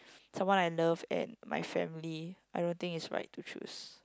someone I love and my family I don't think is right to choose